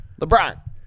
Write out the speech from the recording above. LeBron